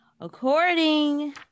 according